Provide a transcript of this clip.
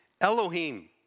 Elohim